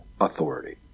authority